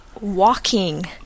walking